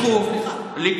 הוא גנב את אמון הבוחרים שלו.